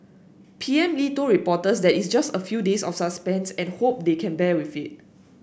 P M Lee told reporters that it's just a few days of suspense and hope they can bear with it